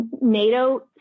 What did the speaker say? NATO